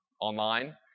online